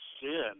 sin